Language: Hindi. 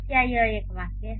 क्या यह एक वाक्य है